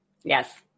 Yes